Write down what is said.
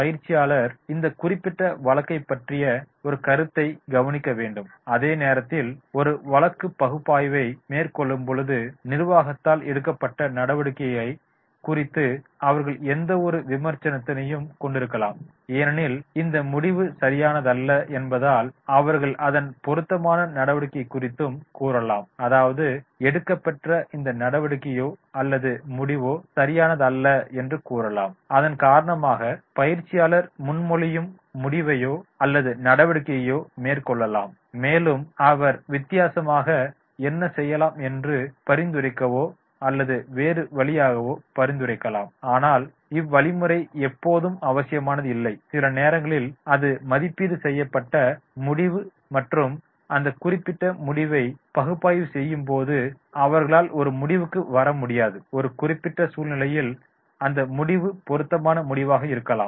பயிற்சியாளர் இந்த குறிப்பிட்ட வழக்கைப் பற்றிய ஒரு கருத்தை கவனிக்க வேண்டும் அதே நேரத்தில் ஒரு வழக்கின் பகுப்பாய்வை மேற்கொள்ளும்போது நிர்வாகத்தால் எடுக்கப்பட்ட நடவடிக்கை குறித்து அவர்கள் எந்தவொரு விமர்சனத்தையும் கொண்டிருக்கலாம் ஏனெனில் இந்த முடிவு சரியானதல்ல என்பதால் அவர்கள் அதன் பொருத்தமான நடவடிக்கை குறித்தும் கூறலாம் அதாவது எடுக்கப்பெற்ற இந்த நடவடிக்கையோ அல்லது முடிவோ சரியானதல்ல என்று கூறலாம் அதன் காரணமாக பயிற்சியாளர் முன்மொழியும் முடிவையோ அல்லது நடவடிக்கையையோ மேற்கொள்ளலாம் மேலும் அவர் வித்தியாசமாக என்ன செய்யலாம் என்று பரிந்துரைக்கவோ அல்லது வேறு வழியையோ பரிந்துரைக்கலாம் ஆனால் இவ்வழிமுறை எப்போதும் அவசியமானது இல்லை சில நேரங்களில் அது மதிப்பீடு செய்யப்பட்ட முடிவு மற்றும் அந்த குறிப்பிட்ட முடிவை பகுப்பாய்வு செய்யும் போது அவர்களால் ஒரு முடிவுக்கு வரமுடியாது ஒரு குறிப்பிட்ட சூழ்நிலையில் அந்த முடிவு பொருத்தமான முடிவாக இருக்கலாம்